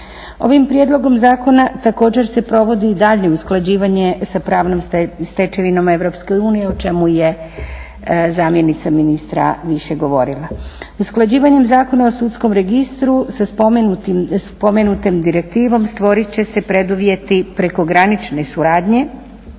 Ovim prijedlogom zakona također se provodi i daljnje usklađivanje sa pravnom stečevinom Europske unije o čemu je zamjenica ministrica više govorila. Usklađivanjem Zakona o sudskom registru sa spomenutom direktivom stvoriti će se preduvjeti prekogranične suradnje